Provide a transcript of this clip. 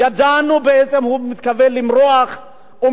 הוא מתכוון למרוח,